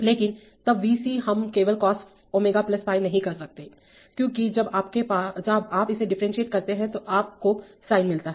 लेकिन तब V c हम केवल cos ω ϕ नहीं कर सकते क्योंकि जब आप इसे डिफरेंटसिएट करते हैं तो आप को साइन मिलता हैं